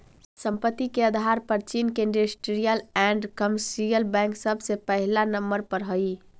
संपत्ति के आधार पर चीन के इन्डस्ट्रीअल एण्ड कमर्शियल बैंक सबसे पहिला नंबर पर हई